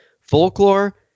Folklore